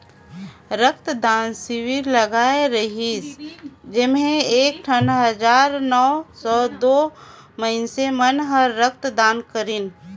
रक्त दान सिविर लगाए रिहिस जेम्हें एकसठ हजार नौ सौ दू मइनसे मन हर रक्त दान करीन हे